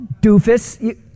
doofus